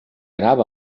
anava